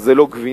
אז זה לא גבינה,